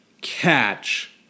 catch